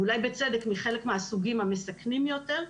ואולי בצדק מחלק מהסוגים המסכנים יותר,